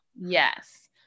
Yes